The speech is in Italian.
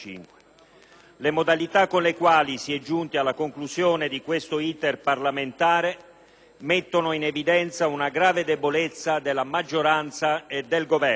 Le modalità con le quali si è giunti alla conclusione di questo *iter* parlamentare mettono in evidenza una grave debolezza della maggioranza e del Governo.